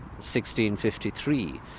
1653